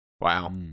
Wow